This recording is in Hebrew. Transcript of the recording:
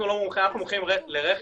אנחנו מומחים לרכש,